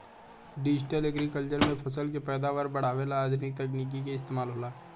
digital agriculture में फसल के पैदावार बढ़ावे ला आधुनिक तकनीक के इस्तमाल होला